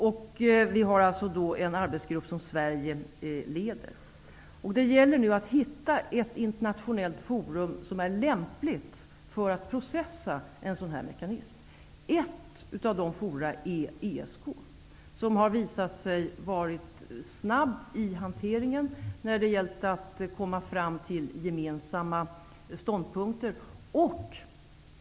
Det finns alltså en arbetsgrupp som Det gäller nu att hitta ett internationellt forum som är lämpligt för att processa en sådan här mekanism. Ett sådant forum är ESK, som har visat sig vara snabb i hanteringen när det gällt att komma fram till gemensamma ståndpunkter.